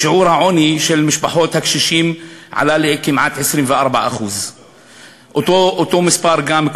שיעור העוני של משפחות הקשישים עלה לכמעט 24%. אותו מספר גם,